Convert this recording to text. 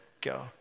Go